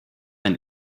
ein